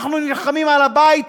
אנחנו נלחמים על הבית,